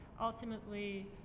ultimately